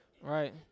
right